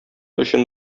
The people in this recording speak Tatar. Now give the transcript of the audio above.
өчен